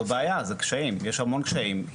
זו בעיה, יש המון קשיים.